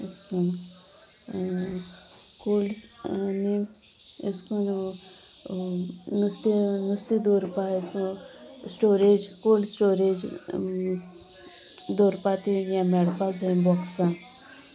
अशे करून कोल्ड आनी अशे करून नुस्तें नुस्तें दवरुपा अशे करून स्टोरेज कोल्ड स्टोरेज दवरुपा ती हें मेळपाक जाय बॉक्सां